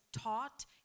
taught